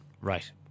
right